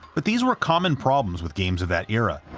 but these were common problems with games of that era.